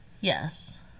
Yes